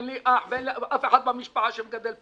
אין לי אח ואין לי אף אחד במשפחה שמגדל פטם,